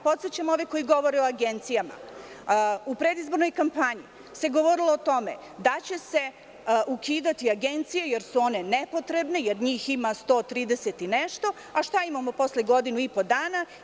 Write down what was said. Podsećam ove koji govore o agencijama da se u predizbornoj kampanji govorilo o tome da će se ukidati agencije jer su one nepotrebne, jer njih ima 130 i nešto, a šta imamo posle godinu i po dana?